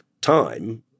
time